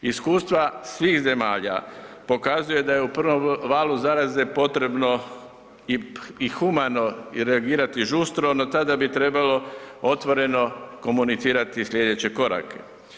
Iskustva svih zemalja pokazuju da je u prvom valu zaraze potrebno i humano i reagirati i žustro, no tada bi trebalo otvoreno komunicirati slijedeće korake.